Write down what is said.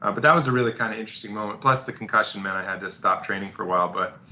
ah but that was the really kind of interesting moment plus the concussion that i had just stopped training for awhile, but